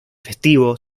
festivo